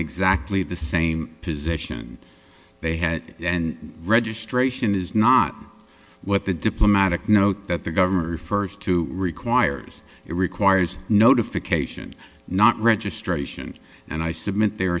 exactly the same position they had then registration is not what the diplomatic note that the government refers to requires it requires notification not registration and i submit there